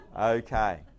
Okay